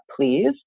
please